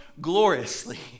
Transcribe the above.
gloriously